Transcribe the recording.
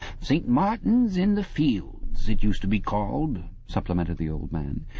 st. martin's-in-the-fields it used to be called supplemented the old man,